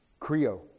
Creo